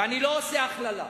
ואני לא עושה הכללה,